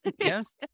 Yes